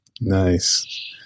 Nice